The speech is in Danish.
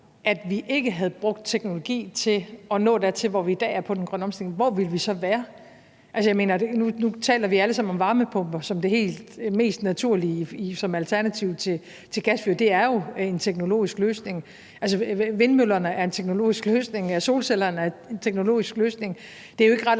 at vi ikke havde brugt teknologi til at nå dertil, hvor vi er i dag med den grønne omstilling, hvor ville vi så være? Altså, jeg mener, at nu taler vi alle sammen om varmepumper som det mest naturlige som alternativ til gasfyr. Det er jo en teknologisk løsning. Vindmøllerne er jo en teknologisk løsning. Solcellerne er en teknologisk løsning.